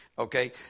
Okay